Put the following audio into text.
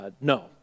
no